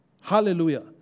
Hallelujah